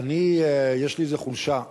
אני, יש לי איזו חולשה.